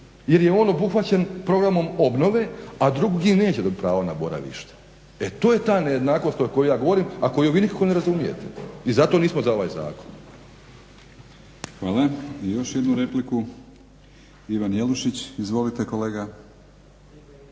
jer je on obuhvaćen programom obnove a dugi neće dobiti pravo na boravište. E to je ta nejednakost o kojoj ja govorim a koju vi nikako ne razumijete i zato nismo za ovaj zakon. **Batinić, Milorad (HNS)** Hvala. Još jednu repliku Ivo Jelušić. Izvolite kolega.